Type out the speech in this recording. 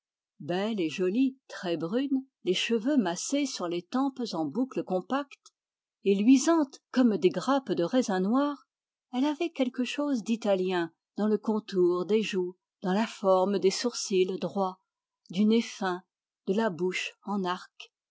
belle et jolie très brune les cheveux massés sur les tempes en boucles compactes et luisantes comme des grappes de raisin noir elle avait quelque chose d'italien dans le contour des joues dans la forme des sourcils droits du nez fin de la bouche en arc